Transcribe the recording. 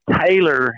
Taylor